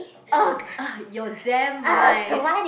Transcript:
!ugh! ah your damn mind